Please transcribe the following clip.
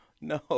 No